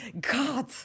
God